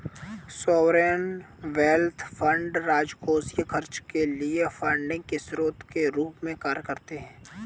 sovereign wealth fund राजकोषीय खर्च के लिए फंडिंग के स्रोत के रूप में कार्य करते हैं